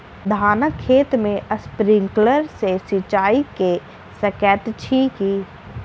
धानक खेत मे स्प्रिंकलर सँ सिंचाईं कऽ सकैत छी की?